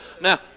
Now